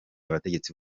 abategetsi